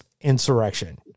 insurrection